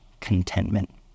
contentment